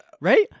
right